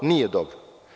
Nije dobro.